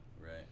right